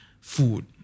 food